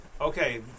Okay